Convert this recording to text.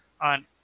on